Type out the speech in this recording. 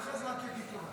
אחרי זה רק אגיד תודה.